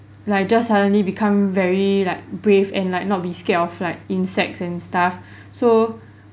like just suddenly become very like brave and like not be scared of like insects and stuff so